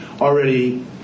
already